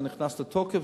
זה נכנס לתוקף,